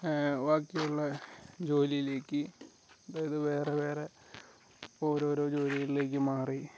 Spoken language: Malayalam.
ബാക്കിയുള്ള ജോലിയിലേക്ക് അതായത് വേറെ വേറെ ഓരോരോ ജോലിയിലേക്ക് മാറി